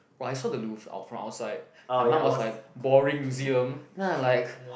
but I saw the loof out from outside my mum was like boring museum then I like